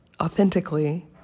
authentically